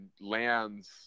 lands